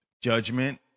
judgment